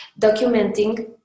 documenting